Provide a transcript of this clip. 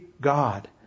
God